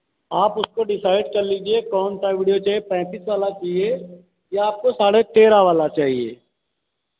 आप उसको डिसाइड कर लीजिए कौन सा वीडियो चाहिए पैंतिस वाला चाहिए या आपको साढ़े तेरह वाला चहिए